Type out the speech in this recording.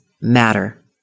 matter